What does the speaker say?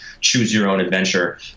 choose-your-own-adventure